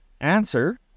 answer